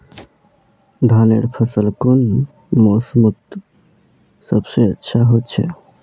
धानेर फसल कुन मोसमोत सबसे अच्छा होचे?